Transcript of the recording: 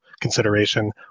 consideration